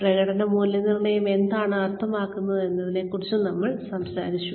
പ്രകടന മൂല്യനിർണ്ണയം എന്താണ് അർത്ഥമാക്കുന്നത് എന്നതിനെക്കുറിച്ച് നമ്മൾ സംസാരിച്ചു